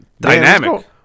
Dynamic